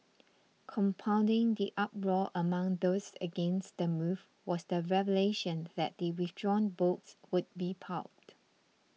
compounding the uproar among those against the move was the revelation that the withdrawn books would be pulped